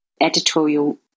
editorial